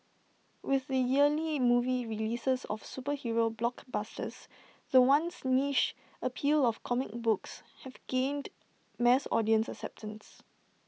with the yearly movie releases of superhero blockbusters the once niche appeal of comic books has gained mass audience acceptance